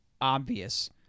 obvious